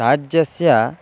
राज्यस्य